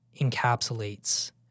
encapsulates